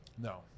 No